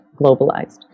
globalized